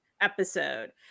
episode